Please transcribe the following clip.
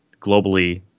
globally